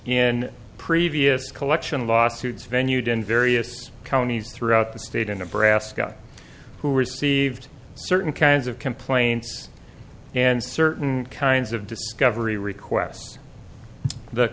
in previous collection lawsuits venue din various counties throughout the state in nebraska who received certain kinds of complaints and certain kinds of discovery requests the